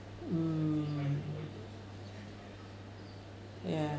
mm ya